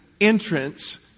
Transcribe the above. entrance